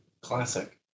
classic